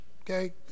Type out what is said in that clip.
okay